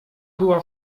była